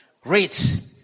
Great